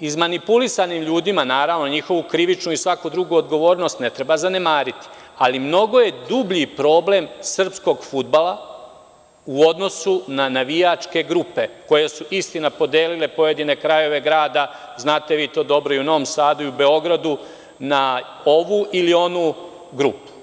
izmanipulisanim ljudima, naravno njihovu krivičnu i svaku drugu odgovornost ne treba zanemariti, ali mnogo je dublji problem srpskog fudbala u odnosu na navijačke grupe koje su istina, podelile pojedine krajeve grada, znate to dobro i u Novom Sadu i u Beogradu, na ovu i onu grupu.